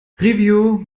review